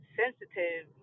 sensitive